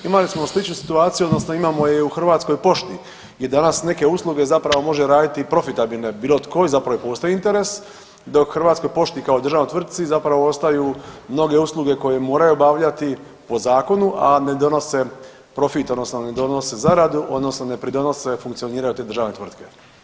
Imali smo sličnu situaciju odnosno imamo je u Hrvatskoj pošti gdje danas neke usluge zapravo može raditi i profitabilne bilo tko i zapravo i postoji interes, dok Hrvatskoj pošti kao državnoj tvrtci zapravo ostaju mnoge usluge koje moraju obavljati po zakonu, a ne donose profit odnosno ne donose zaradu odnosno ne pridonose funkcioniranju te državne tvrtke.